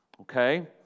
Okay